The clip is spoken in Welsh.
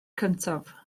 cyntaf